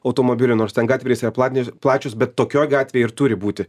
automobilių nors ten gatvėrese platinės plačios bet tokioj gatvėj ir turi būti